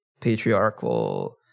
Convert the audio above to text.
patriarchal